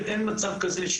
אין מצב כזה.